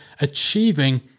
achieving